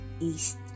East